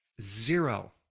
zero